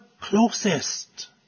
closest